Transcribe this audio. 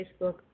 Facebook